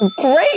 Great